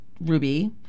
Ruby –